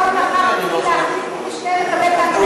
כל זוג יכול מחר להחליט מי משניהם מקבל את ההטבות?